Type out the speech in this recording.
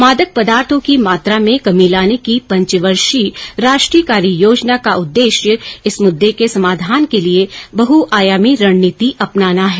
मादक पदार्थो की मात्रा में कमी लाने की पंचवर्षीय राष्ट्रीय कार्य योजना का उद्देश्य इस मुद्दे के समाधान के लिए बहुआयामी रणनीति अपनाना है